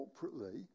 corporately